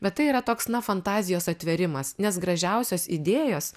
bet tai yra toks na fantazijos atvėrimas nes gražiausios idėjos